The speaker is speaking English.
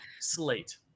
slate